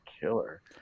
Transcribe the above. killer